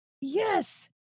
yes